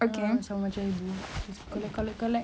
ya sama macam ibu collect collect collect